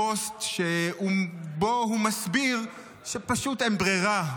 פוסט שהוא בו הוא מסביר שפשוט אין ברירה.